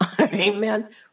Amen